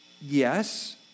Yes